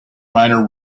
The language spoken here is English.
minor